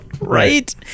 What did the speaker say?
Right